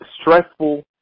stressful